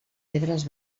pedres